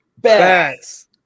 Bats